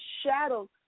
shadow